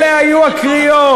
אלה היו הקריאות.